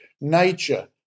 nature